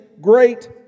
great